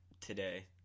today